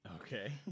Okay